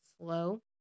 slow